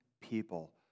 people